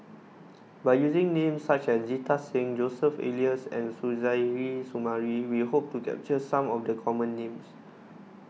by using names such as Jita Singh Joseph Elias and Suzairhe Sumari we hope to capture some of the common names